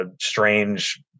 strange